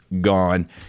gone